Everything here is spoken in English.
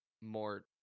more